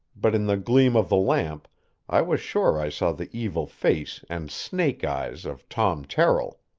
but in the gleam of the lamp i was sure i saw the evil face and snake-eyes of tom terrill.